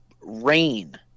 rain